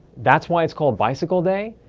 that's why it's called bicycle day?